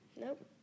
Nope